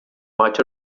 might